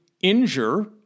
injure